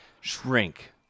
Shrink